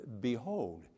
behold